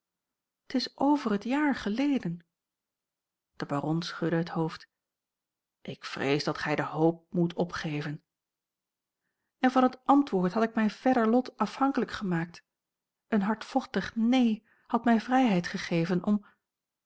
t is over het jaar geleden de baron schudde het hoofd ik vrees dat gij de hoop moet opgeven en van het antwoord had ik mijn verder lot afhankelijk gemaakt een hardvochtig neen had mij vrijheid gegeven om